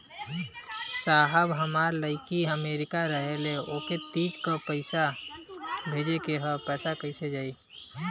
साहब हमार लईकी अमेरिका रहेले ओके तीज क पैसा भेजे के ह पैसा कईसे जाई?